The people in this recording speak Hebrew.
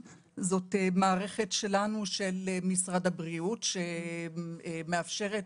שזו מערכת של משרד הבריאות שמאפשרת